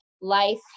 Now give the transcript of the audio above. life